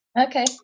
okay